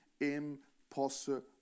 impossible